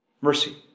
Mercy